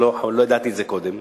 שלא ידעתי את זה קודם,